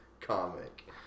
comic